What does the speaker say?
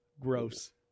gross